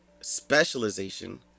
specialization